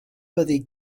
byddi